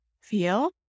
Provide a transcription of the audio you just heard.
feel